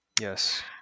Yes